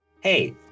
Hey